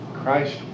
Christ